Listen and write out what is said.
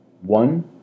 one